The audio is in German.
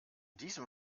diesem